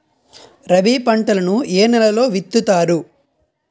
రబీ పంటలను ఏ నెలలో విత్తుతారు?